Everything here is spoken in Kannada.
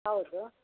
ಹೌದು